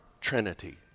trinity